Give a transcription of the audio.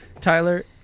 Tyler